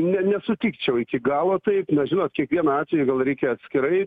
ne nesutikčiau iki galo taip na žinot kiekvieną atvejį gal reikia atskirai